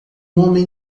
homem